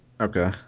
okay